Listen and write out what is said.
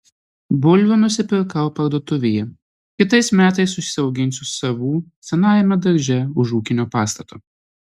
bulvių nusipirkau parduotuvėje kitais metais užsiauginsiu savų senajame darže už ūkinio pastato